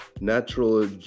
Natural